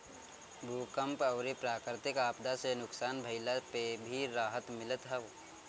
भूकंप अउरी प्राकृति आपदा से नुकसान भइला पे भी राहत मिलत हअ